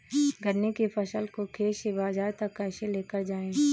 गन्ने की फसल को खेत से बाजार तक कैसे लेकर जाएँ?